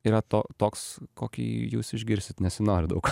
yra to toks kokį jūs išgirsit nesinori daug